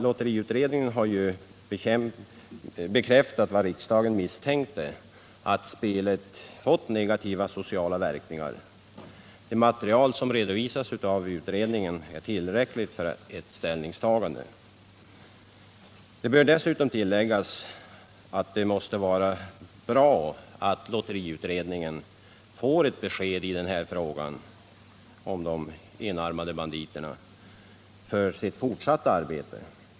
Lotteriutredningen har ju bekräftat vad riksdagen misstänkte, nämligen att spelet har negativa sociala verkningar. Det material som redovisas av utredningen är tillräckligt för ett ställningstagande. Tilläggas bör att det måste vara bra för lotteriutredningens fortsatta arbete att få ett besked om de enarmade banditerna.